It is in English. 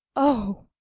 o,